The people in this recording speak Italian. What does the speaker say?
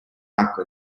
acque